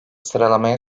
sıralamaya